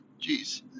Jeez